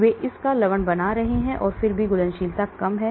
वे इस का लवण बना रहे हैं लेकिन फिर भी घुलनशीलता कम है